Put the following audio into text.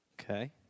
Okay